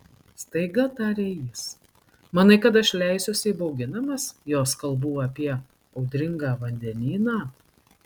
staiga tarė jis manai kad aš leisiuosi įbauginamas jos kalbų apie audringą vandenyną